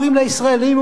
אומרים לישראלים,